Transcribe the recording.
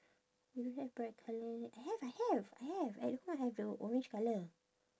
you don't have bright colour I have I have I have at home I have the orange colour